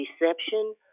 deception